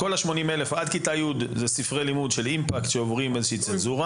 כל ה-80 אלף לומדים עם ספרי לימוד של Impact שעוברים צנזורה.